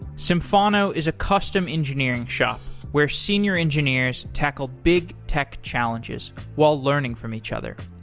symphono is a custom engineering shop where senior engineers tackle big tech challenges while learning from each other.